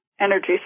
energy